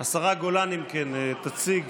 השרה גולן, אם כן, תציג